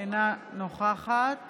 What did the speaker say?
אינה נוכחת